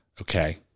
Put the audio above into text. Okay